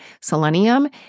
Selenium